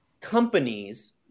companies